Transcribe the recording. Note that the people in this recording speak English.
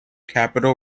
capitol